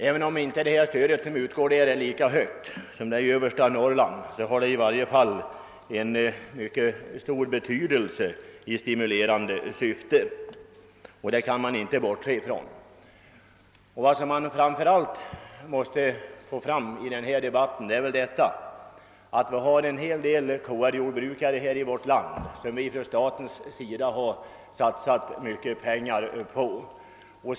även om det stöd till mjölkproduktionen som utgår där inte är lika högt som i översta Norrland har det i varje fall en mycket stor betydelse i stimulerande syfte, och det kan man inte bortse från. Vad som framför allt måste understrykas i denna debatt är väl att det här i vårt land finns en hel del KR jordbrukare, som vi ifrån statens sida har satsat mycket pengar på.